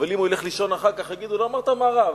אבל אם הוא ילך לישון אחר כך יגידו: אמרת מה רע,